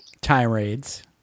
Tirades